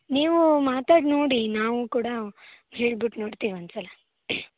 ನೀವು ಮಾತಾಡಿ ನೋಡಿ ನಾವು ಕೂಡ ಹೇಳಿಬಿಟ್ಟು ನೋಡ್ತೀವಿ ಒಂದು ಸಲ